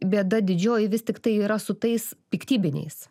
bėda didžioji vis tiktai yra su tais piktybiniais